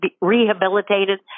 rehabilitated